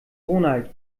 ronald